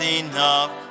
enough